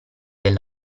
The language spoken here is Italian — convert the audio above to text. del